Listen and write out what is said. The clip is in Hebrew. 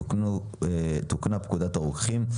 תוקנה פקודת הרוקחים,